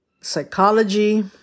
Psychology